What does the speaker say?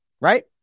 Right